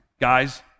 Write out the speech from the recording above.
guys